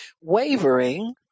wavering